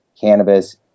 cannabis